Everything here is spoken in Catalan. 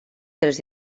tres